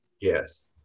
Yes